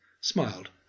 smiled